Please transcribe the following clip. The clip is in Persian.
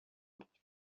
بود